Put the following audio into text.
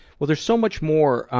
well, there's so much more.